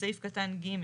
בסעיף קטן ג'.